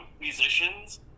musicians